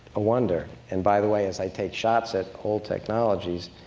a wonder. and by the way, as i take shots at old technologies,